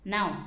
Now